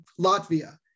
Latvia